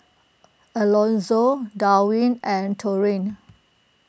Alonzo Darwyn and Taurean